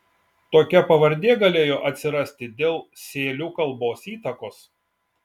tokia pavardė galėjo atsirasti dėl sėlių kalbos įtakos